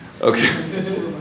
okay